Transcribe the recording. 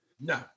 No